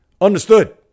Understood